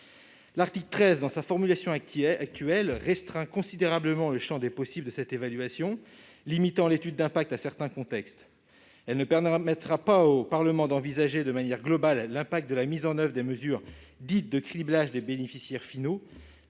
L'article 13, dans sa formulation actuelle, restreint considérablement le champ des possibles de cette évaluation, limitant l'étude d'impact à certains contextes. Cela ne permettra pas au Parlement d'envisager de manière globale l'effet de la mise en oeuvre des mesures dites « de criblage des bénéficiaires finaux